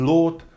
Lord